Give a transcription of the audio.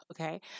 okay